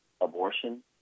abortion